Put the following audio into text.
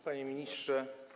Panie Ministrze!